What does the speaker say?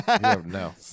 No